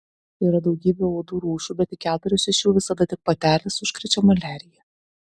yra daugybė uodų rūšių bet tik keturios iš jų visada tik patelės užkrečia maliarija